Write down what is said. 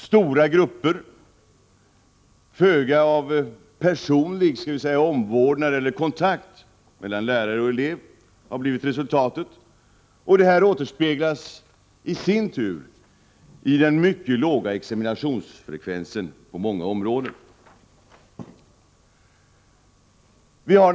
Stora grupper och föga av personlig kontakt mellan lärare och elever har blivit resultatet, vilket i sin tur återspeglas i den mycket låga examinationsfrekvensen på många områden.